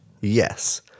Yes